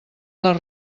les